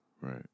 Right